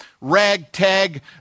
ragtag